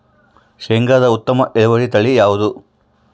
ಶೇಂಗಾದ ಉತ್ತಮ ಇಳುವರಿ ತಳಿ ಯಾವುದು?